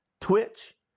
Twitch